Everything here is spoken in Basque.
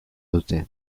dute